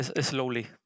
slowly